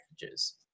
packages